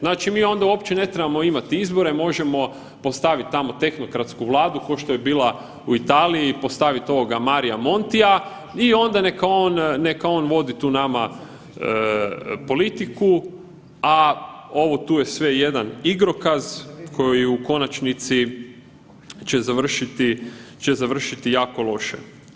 Znači, mi onda uopće ne trebamo imati izbore, možemo postavit tamo tehnokratsku vladu ko što je bila u Italiji, postavit ovoga Maria Montia i onda neka on, neka on voditi tu nama politiku, a ovo tu je sve jedan igrokaz koji u konačnici će završiti jako loše.